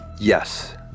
Yes